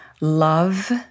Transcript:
love